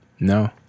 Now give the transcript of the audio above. No